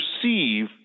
perceive